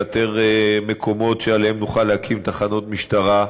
לאתר מקומות שבהם נוכל להקים תחנות משטרה,